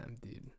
dude